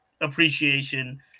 appreciation